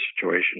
situation